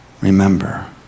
Remember